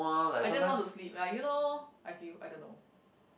I just want to sleep like you know I feel I don't know